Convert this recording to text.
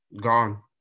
Gone